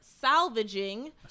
Salvaging